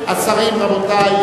זה פטנט מעולה.